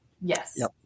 Yes